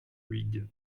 huyghe